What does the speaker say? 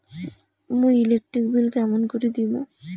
মুই electric bill কেমন করি দিম?